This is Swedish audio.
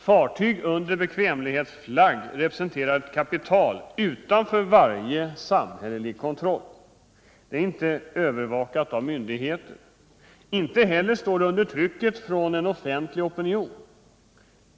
Fartyg under bekvämlighetsflagg representerar ett kapital utanför varje samhällelig kontroll. Det är inte övervakat av myndigheter. Inte heller står det under trycket från en offentlig opinion.